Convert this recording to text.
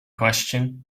question